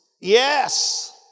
yes